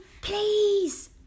Please